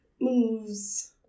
moves